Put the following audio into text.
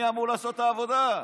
אני אמור לעשות את העבודה.